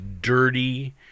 dirty